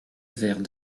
vers